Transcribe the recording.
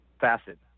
facet